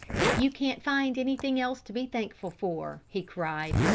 if you can't find anything else to be thankful for, he cried,